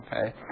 Okay